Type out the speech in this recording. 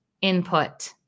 input